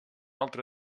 altra